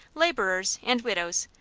laborers and widows,